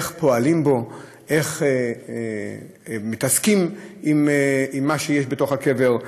איך פועלים בו, איך מתעסקים במה שיש בקבר.